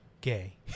Gay